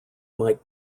mike